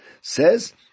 says